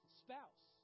spouse